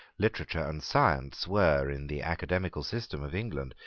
literature and science were, in the academical system of england,